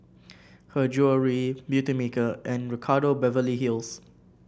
Her Jewellery Beautymaker and Ricardo Beverly Hills